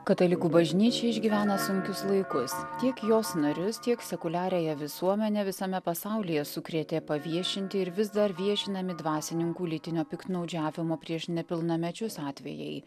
katalikų bažnyčia išgyvena sunkius laikus tiek jos narius tiek sekuliariąją visuomenę visame pasaulyje sukrėtė paviešinti ir vis dar viešinami dvasininkų lytinio piktnaudžiavimo prieš nepilnamečius atvejai